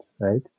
right